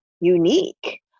unique